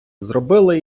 зробила